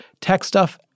techstuff